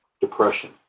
depression